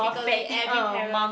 ~pically every parent